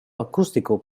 acústico